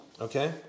okay